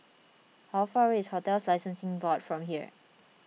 how far away is Hotels Licensing Board from here